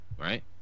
right